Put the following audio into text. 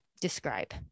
describe